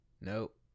Nope